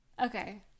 Okay